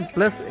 Plus